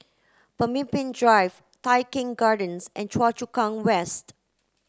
Pemimpin Drive Tai Keng Gardens and Choa Chu Kang West